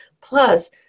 Plus